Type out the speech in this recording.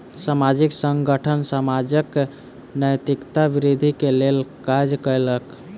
सामाजिक संगठन समाजक नैतिकता वृद्धि के लेल काज कयलक